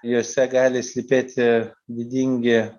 jose gali slypėti didingi